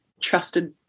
trusted